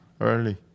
early